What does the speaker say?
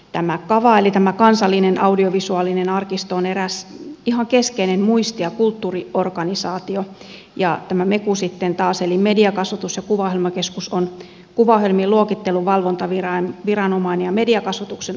tämä kava eli kansallinen audiovisuaalinen arkisto on eräs ihan keskeinen muisti ja kulttuuriorganisaatio ja meku eli mediakasvatus ja kuvaohjelmakeskus sitten taas on kuvaohjelmien luokittelun valvontaviranomainen ja mediakasvatuksen asiantuntijavirasto